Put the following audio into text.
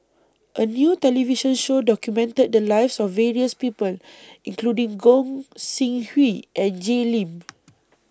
A New television Show documented The Lives of various People including Gog Sing Hooi and Jay Lim